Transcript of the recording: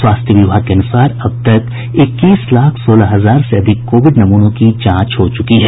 स्वास्थ्य विभाग के अनुसार अब तक इक्कीस लाख सोलह हजार से अधिक कोविड नमूनों की जांच हो चुकी है